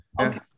Okay